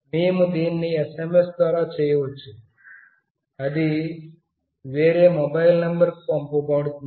మేము దీన్ని SMS ద్వారా చేయవచ్చు అది వేరే మొబైల్ నంబర్కు పంపబడుతుంది